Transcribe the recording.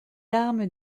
armes